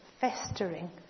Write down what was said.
festering